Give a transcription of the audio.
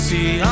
See